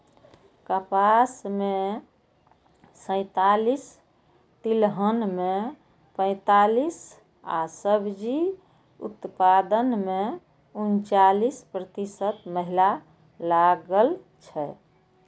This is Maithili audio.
कपास मे सैंतालिस, तिलहन मे पैंतालिस आ सब्जी उत्पादन मे उनचालिस प्रतिशत महिला लागल छै